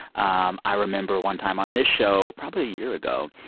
um i remember one time on this show, probably a year ago,